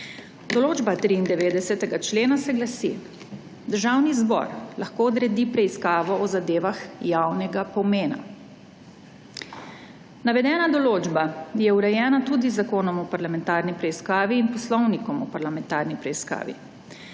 Določba 93. člena se glasi: »Državni zbor lahko odredi preiskavo o zadevah javnega pomena«. Navedena določba je urejena tudi z Zakonom o parlamentarni preiskavi in Poslovnikom o parlamentarni preiskavi.